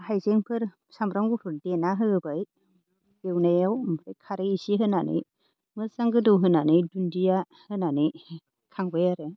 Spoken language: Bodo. हायजेंफोर सामब्राम गुफुर देना होबाय एवनायाव ओमफाय खारै एसे होनानै मोजां गोदौ होनानै दुन्दिया होनानै खांबाय आरो